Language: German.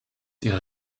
ihre